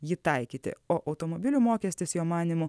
jį taikyti o automobilių mokestis jo manymu